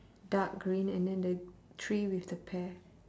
dark green and then the tree with the pear